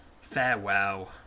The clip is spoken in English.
farewell